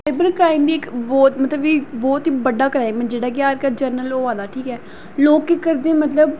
साईवर crime इक बहुत मतलव कि बहुत ही बड्डा क्राईम ऐ जेह्ड़ा कि अजकल जर्नल होआ दा ठीक ऐ लोक केह् करदे मतलब